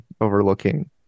overlooking